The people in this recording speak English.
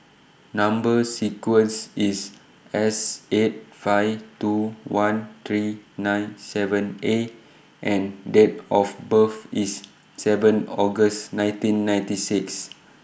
Number sequence IS S eight five two one three nine seven A and Date of birth IS seven August nineteen ninety six